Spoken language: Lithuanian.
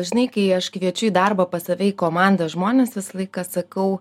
žinai kai aš kviečiu į darbą pas save į komandą žmones visą laiką sakau